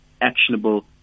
actionable